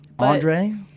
Andre